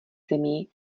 zemí